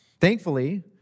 Thankfully